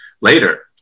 later